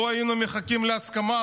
לו היינו מחכים להסכמה,